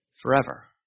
forever